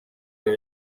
yawe